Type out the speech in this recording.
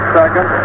second